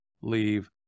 leave